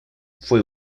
fue